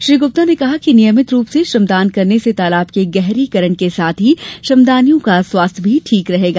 श्री गुप्ता ने कहा है कि नियमित रूप से श्रमदान करने से तालाब के गहरीकरण के साथ ही श्रमदानियों का स्वास्थ्य भी ठीक रहेगा